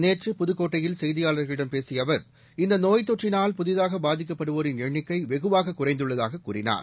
நேற்று புதுக்கோட்டையில் செய்தியாளா்களிடம் பேசிய அவா் இந்த நோய் தொற்றினால் புதிதாக பாதிக்கப்படுவோரின் எண்ணிக்கை வெகுவாக குறைந்துள்ளதாக கூறினார்